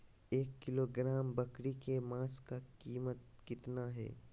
एक किलोग्राम बकरी के मांस का कीमत कितना है?